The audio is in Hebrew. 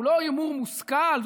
הוא לא הימור מושכל,